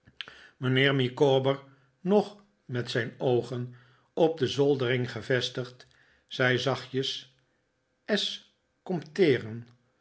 mijnheer micawber nog met zijn oogen op de zoldering gevestigd zei zachtjes